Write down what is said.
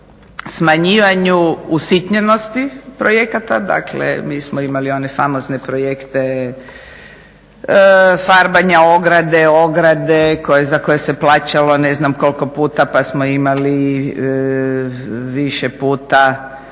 smanjivanju usitnjenosti projekata, dakle mi smo imali one famozne projekte farbanja ograde, ograde za koje se plaćalo ne znam koliko puta, pa smo imali više puta